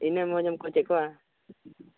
ᱤᱱᱟᱹᱜ ᱢᱚᱡᱮᱢ ᱠᱷᱚᱡᱮᱫ ᱠᱚᱣᱟ